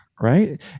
right